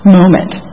moment